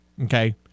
Okay